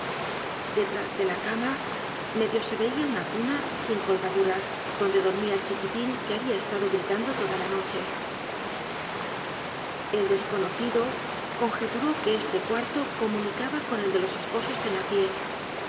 detrás de la cama medio se veia una cuna sin colgaduras donde dormia el chiquitin que habia estado gritando toda la noche el desconocido congeturó que este cuarto comunicaba con el de los esposos